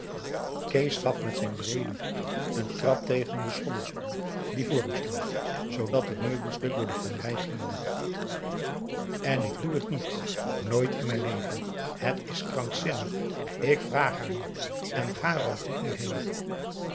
kees gaf met zijn breeden voet een trap tegen n schommelstoel die voor hem stond zoodat het meubelstuk door de galerij gierde en ik doe het niet nooit in mijn leven het is krankzinnig ik vraag haar niet en ga er ook niet meer heen